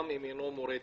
גם אם אינו מורה דרך,